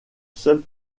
seul